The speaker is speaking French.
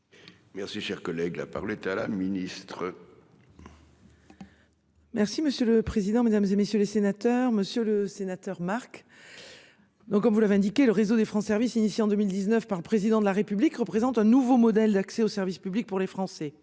Merci, cher collègue, la parole est à la ministre. Merci monsieur le président, Mesdames, et messieurs les sénateurs, monsieur le sénateur Marc. Donc comme vous l'avez indiqué, le réseau des francs service initiée en 2019 par. Président de la République représente un nouveau modèle d'accès au service public pour les Français.